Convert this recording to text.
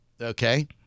Okay